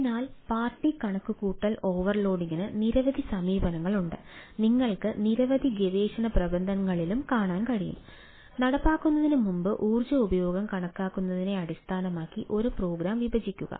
അതിനാൽ പാർട്ടി കണക്കുകൂട്ടൽ ഓവർലോഡിംഗിന് നിരവധി സമീപനങ്ങളുണ്ട് നിങ്ങൾക്ക് നിരവധി ഗവേഷണ പ്രബന്ധങ്ങളിലും കാണാൻ കഴിയും നടപ്പാക്കുന്നതിന് മുമ്പ് ഊർജ്ജ ഉപഭോഗം കണക്കാക്കുന്നതിനെ അടിസ്ഥാനമാക്കി ഒരു പ്രോഗ്രാം വിഭജിക്കുക